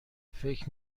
فکر